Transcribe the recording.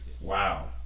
Wow